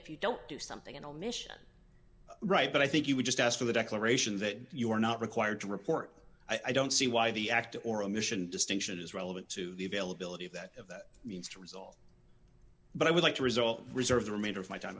if you don't do something and omission right but i think you would just ask for the declaration that you are not required to report i don't see why the act or omission distinction is relevant to the availability of that means to result but i would like to result reserve the remainder of my time